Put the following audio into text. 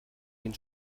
den